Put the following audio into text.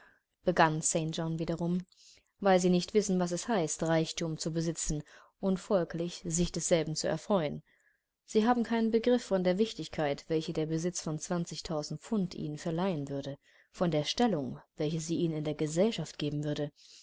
begann st john wiederum weil sie nicht wissen was es heißt reichtum zu besitzen und folglich sich desselben zu erfreuen sie haben keinen begriff von der wichtigkeit welche der besitz von zwanzigtausend pfund ihnen verleihen würde von der stellung welche sie ihnen in der gesellschaft geben würden